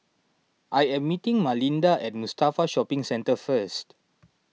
I am meeting Malinda at Mustafa Shopping Centre first